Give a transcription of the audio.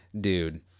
Dude